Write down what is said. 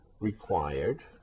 required